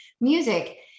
music